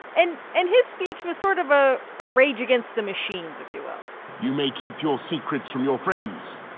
and and his speech was sort of a ah rage against the machines, if you will you may keep your secrets from your friends,